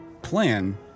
plan